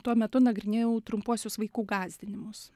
tuo metu nagrinėjau trumpuosius vaikų gąsdinimus